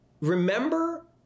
Remember